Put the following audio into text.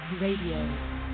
Radio